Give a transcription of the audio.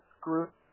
group